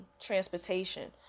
transportation